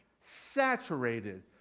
saturated